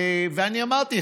ואמרתי,